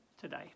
today